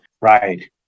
Right